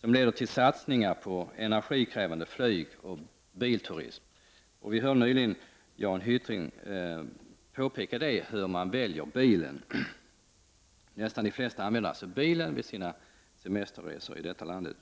som leder till satsningar på energikrävande flygoch bilturism. Vi hörde alldeles nyss Jan Hyttring påpeka att man väljer bilen. De flesta använder bilen vid sina semesterresor i Sverige.